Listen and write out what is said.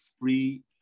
free